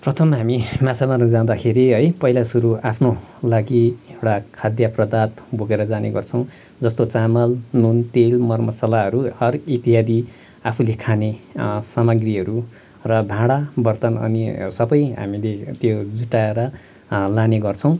प्रथम हामी माछा मार्नु जाँदाखेरि है पहिला सुरु आफ्नो लागि एउटा खाद्य पदार्थ बोकेर जाने गर्छौँ जस्तो चामल नुन तेल मरमसालाहरू हर इत्यादि आफूले खाने सामाग्रीहरू र भाडा बर्तन अनि सबै हामीले त्यो जुटाएर लाने गर्छौँ